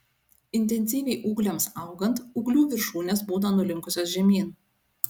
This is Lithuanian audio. intensyviai ūgliams augant ūglių viršūnės būna nulinkusios žemyn